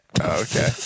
Okay